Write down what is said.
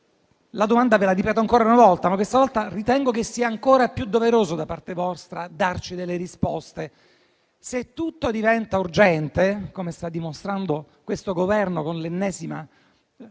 e ordinarie. Ripeto ancora una volta la domanda, ma questa volta ritengo che sia ancora più doveroso da parte vostra darci delle risposte. Se tutto diventa urgente - come sta dimostrando il Governo con l'ennesima